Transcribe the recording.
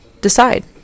decide